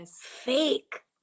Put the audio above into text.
fake